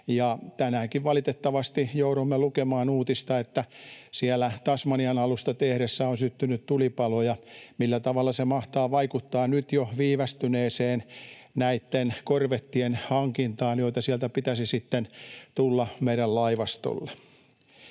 tänäänkin valitettavasti jouduimme lukemaan uutista, että siellä Tasmanian alusta tehdessä on syttynyt tulipaloja. Millä tavalla se mahtaa vaikuttaa niiden korvettien nyt jo viivästyneeseen hankintaan, joita sieltä pitäisi sitten tulla meidän laivastollemme?